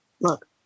Look